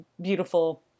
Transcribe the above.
beautiful